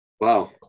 wow